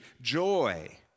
joy